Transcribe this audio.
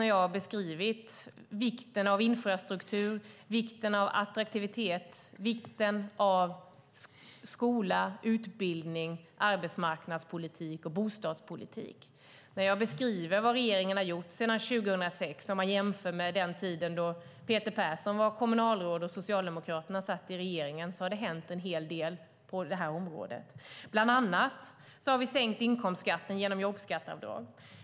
Jag har ju beskrivit vikten av infrastruktur, vikten av attraktivitet samt vikten av skola, utbildning, arbetsmarknadspolitik och bostadspolitik. Jag beskriver vad regeringen gjort sedan 2006. Jämfört med den tid då Peter Persson var kommunalråd och Socialdemokraterna var i regeringsställning har en hel del hänt på det området. Bland annat har vi sänkt inkomstskatten genom jobbskatteavdrag.